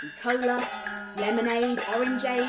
cola lemonade, orangeade,